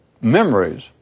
memories